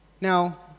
Now